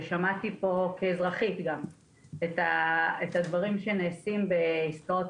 ושמעתי פה גם כאזרחית את הדברים שנעשים בעסקאות